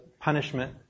punishment